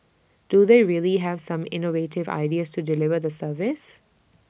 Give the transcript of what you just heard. do they really have some innovative ideas to deliver the service